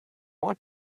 want